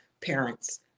parents